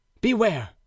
beware